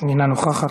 אינה נוכחת,